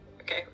Okay